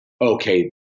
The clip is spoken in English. okay